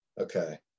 Okay